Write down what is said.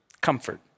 comfort